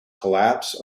collapse